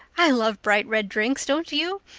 i love bright red drinks, don't you?